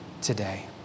today